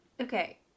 okay